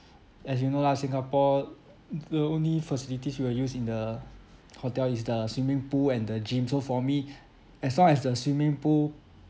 as you know lah singapore uh uh the only facilities we'll use in the hotel is the swimming pool and the gym so for me as long as the swimming pool